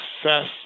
success